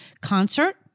concert